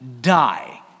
die